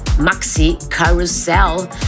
Maxi-Carousel